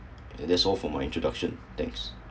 and that's all for my introduction thanks